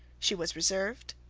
she was reserved,